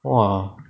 !wah!